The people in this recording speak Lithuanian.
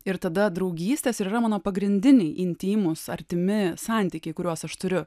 ir tada draugystės ir yra mano pagrindiniai intymūs artimi santykiai kuriuos aš turiu